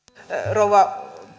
rouva